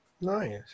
Nice